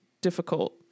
difficult